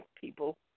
people